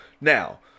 Now